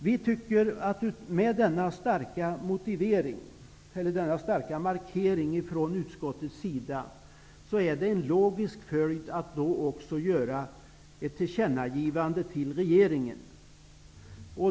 Vi tycker att med denna starka markering från utskottets sida är det en logisk följd att göra ett tillkännagivande till regeringen.